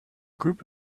group